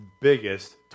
biggest